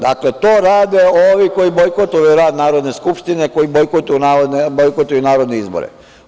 Dakle, to rade ovi koji bojkotuju rad Narodne skupštine, koji bojkotuju narodne izbore.